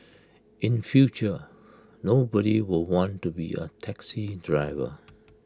in future nobody will want to be A taxi driver